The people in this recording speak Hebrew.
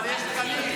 אבל יש תקנים.